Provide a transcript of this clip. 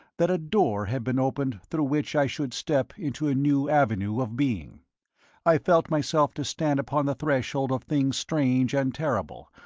that a door had been opened through which i should step into a new avenue of being i felt myself to stand upon the threshold of things strange and terrible,